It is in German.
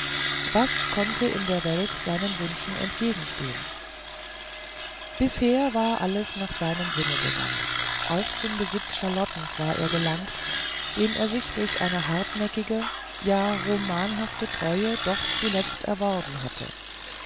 was konnte in der welt seinen wünschen entgegenstehen bisher war alles nach seinem sinne gegangen auch zum besitz charlottens war er gelangt den er sich durch eine hartnäckige ja romanenhafte treue doch zuletzt erworben hatte